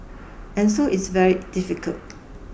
and so it's very difficult